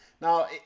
Now